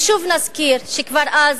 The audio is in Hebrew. ושוב נזכיר שכבר אז,